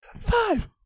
Five